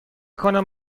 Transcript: کنم